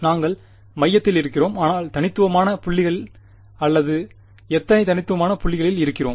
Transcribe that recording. நாங்கள் மையத்தில் இருக்கிறோம் ஆனால் தனித்துவமான புள்ளிகளில் அல்லது எத்தனை தனித்துவமான புள்ளிகளில் இருக்கிறோம்